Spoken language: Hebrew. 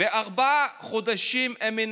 ובחוסר מקצועיות, הובילה אותנו למקום שבו אנחנו